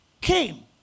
came